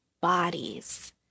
bodies